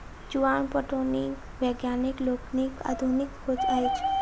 चुआन पटौनी वैज्ञानिक लोकनिक आधुनिक खोज अछि